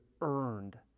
earned